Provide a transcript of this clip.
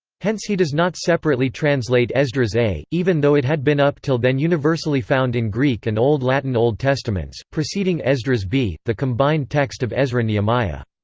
hence he does not separately translate esdras a even though it had been up til then universally found in greek and old latin old testaments, preceding esdras b, the combined text of ezra-nehemiah.